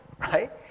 right